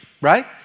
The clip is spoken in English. right